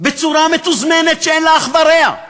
בצורה מתוזמנת שאין לה אח ורע.